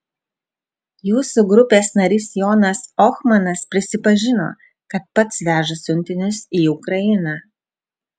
jūsų grupės narys jonas ohmanas prisipažino kad pats veža siuntinius į ukrainą